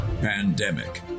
Pandemic